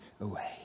away